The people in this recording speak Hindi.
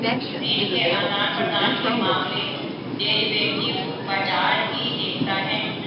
ऋण के आदान प्रदान के मामले डेरिवेटिव बाजार ही देखता है